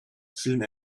soon